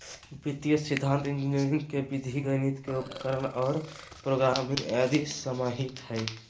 वित्तीय सिद्धान्त इंजीनियरी के विधि गणित के उपकरण और प्रोग्रामिंग आदि समाहित हइ